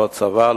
לא הצבא,